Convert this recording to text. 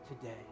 today